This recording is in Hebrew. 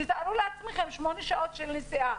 תתארו לעצמכם, שמונה שעות של נסיעה.